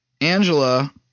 Angela